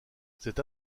cette